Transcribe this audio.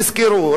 תזכרו,